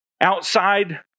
outside